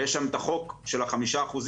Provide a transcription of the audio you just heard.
ויש שם את החוק של החמישה אחוזים,